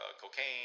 cocaine